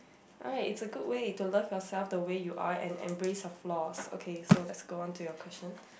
alright is a good way to learn yourself the way you are and embarrass of loss okay so let's go on to your question